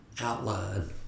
outline